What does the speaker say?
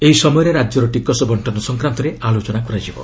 ଏହି ସମୟରେ ରାଜ୍ୟର ଟିକସ ବଣ୍ଟନ ସଂକ୍ରାନ୍ତରେ ଆଲୋଚନା ହେବ